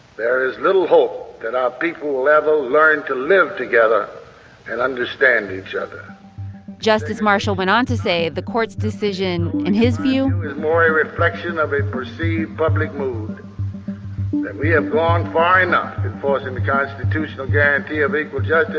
there is little hope that our people will ever learn to live together and understand each other justice marshall went on to say the court's decision, in his view. is more a reflection of a perceived public mood we have gone far enough enforcing the constitutional guarantee of equal yeah justice